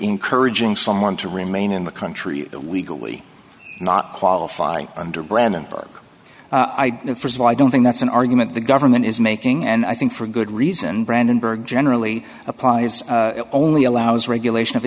encouraging someone to remain in the country legally not qualify under brendan burke i don't know st of all i don't think that's an argument the government is making and i think for good reason brandenburg generally applies only allows regulation of